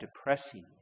depressing